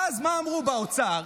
ואז מה אמרו באוצר?